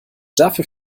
dafür